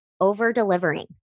over-delivering